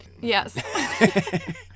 Yes